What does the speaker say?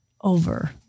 over